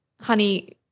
honey –